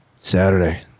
Saturday